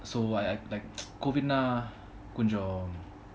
so I like COVID நா கொஞ்சம்:naa konjam